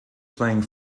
playing